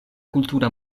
kultura